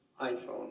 iPhone